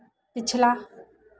पिछला